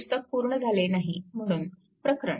पुस्तक पूर्ण झाले नाही म्हणून प्रकरण